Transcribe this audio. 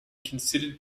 considered